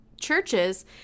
churches